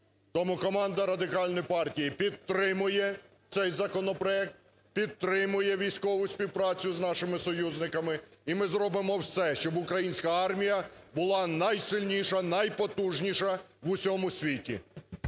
Тому команда Радикальної партії підтримує цей законопроект, підтримує військову співпрацю з нашими союзниками. І ми зробимо все, щоб українська армія була найсильніша, найпотужніша в усьому світі.